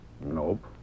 Nope